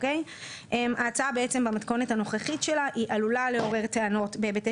ההצעה במתכונת הנוכחית שלה עלולה לעורר טענות בהיבטי